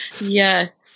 Yes